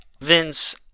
Vince